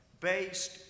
based